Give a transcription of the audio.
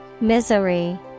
Misery